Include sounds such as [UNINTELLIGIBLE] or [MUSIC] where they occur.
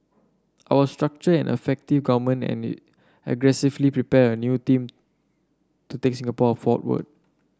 I was structure an effective government and [UNINTELLIGIBLE] aggressively prepare a new team to take Singapore ford ward